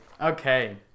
Okay